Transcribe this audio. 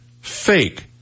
fake